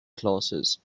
classes